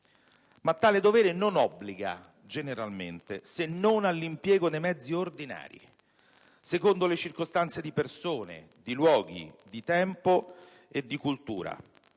Ma tale dovere non obbliga, generalmente, se non all'impiego dei mezzi ordinari (secondo le circostanze di persone, di luoghi, di tempo e di cultura),